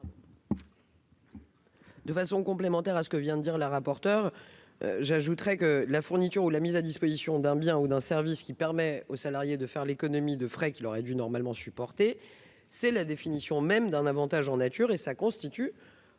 ? J'ajouterai à ce que vient de dire Mme la rapporteure générale que la fourniture ou la mise à disposition d'un bien ou d'un service qui permet au salarié de faire l'économie de frais qu'il aurait dû normalement supporter, c'est la définition même d'un avantage en nature, qui constitue